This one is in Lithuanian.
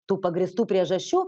tų pagrįstų priežasčių